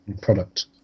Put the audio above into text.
product